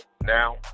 Now